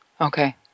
Okay